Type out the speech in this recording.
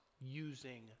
using